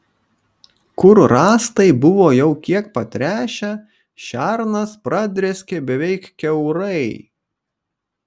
kur rąstai buvo jau kiek patręšę šernas pradrėskė beveik kiaurai